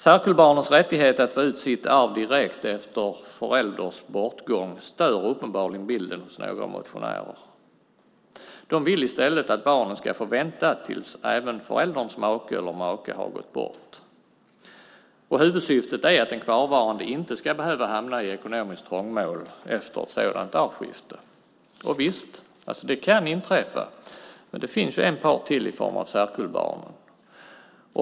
Särkullbarnens rättighet att få ut sitt arv direkt efter sin förälders bortgång stör uppenbarligen bilden hos några motionärer. De vill i stället att barnen ska få vänta tills även förälderns make eller maka har gått bort. Huvudsyftet är att den kvarvarande inte ska behöva hamna i ekonomiskt trångmål efter ett sådant arvskifte. Visst, det kan inträffa, men det finns ju en part till i form av särkullbarnen.